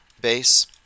base